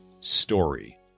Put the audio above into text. story